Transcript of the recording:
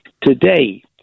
today